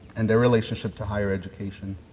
and their relationship to higher education,